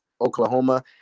Oklahoma